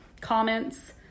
comments